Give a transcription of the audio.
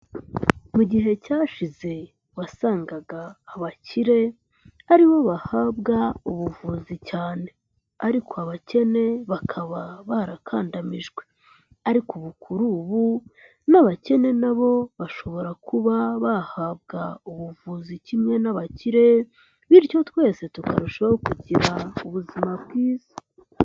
Mu gihe cyashize wasangaga abakire ari bo bahabwa ubuvuzi cyane. Ariko abakene bakaba barakandamijwe. Ariko ubu kuri ubu n'abakene nabo bashobora kuba bahabwa ubuvuzi kimwe n'abakire bityo twese tukarushaho kugira ubuzima bwiza.